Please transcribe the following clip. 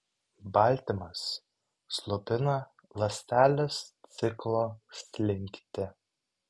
baltymas slopina ląstelės ciklo slinktį